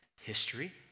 History